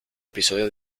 episodio